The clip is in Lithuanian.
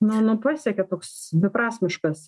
nu nu pasiekia toks beprasmiškas